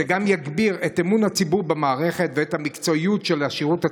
זה גם יגביר את אמון הציבור במערכת ואת המקצועיות של השירות הציבורי,